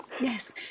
yes